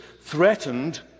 threatened